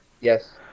Yes